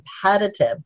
competitive